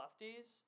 lefties